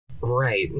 Right